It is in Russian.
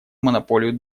монополию